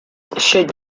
should